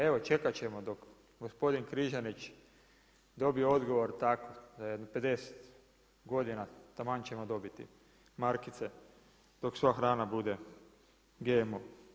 Evo čekati ćemo dok gospodin Križanić dobije odgovor tako, za jedno 50 godina, taman ćemo dobiti markice dok sva hrana bude GMO.